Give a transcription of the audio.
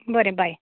बरें बाय